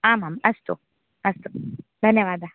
आमाम् अस्तु अस्तु धन्यवादः